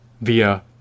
via